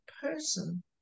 person